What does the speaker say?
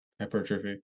Hypertrophy